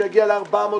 שיגיע ל-400,